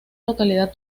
localidad